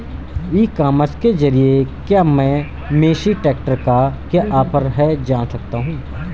ई commerce के ज़रिए क्या मैं मेसी ट्रैक्टर का क्या ऑफर है जान सकता हूँ?